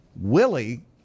Willie